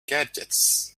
gadgets